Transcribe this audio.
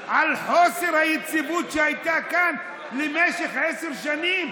על חוסר היציבות שהייתה כאן במשך עשר שנים?